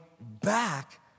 back